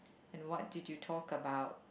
and what did you talk about